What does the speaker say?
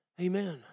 Amen